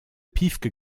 piefke